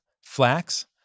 flax